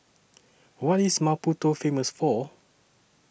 What IS Maputo Famous For